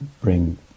bring